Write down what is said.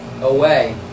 away